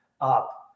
up